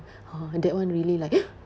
[ho] that one really like